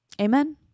Amen